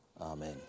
Amen